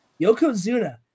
Yokozuna